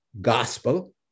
gospel